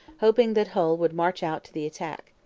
hoping that hull would march out to the attack.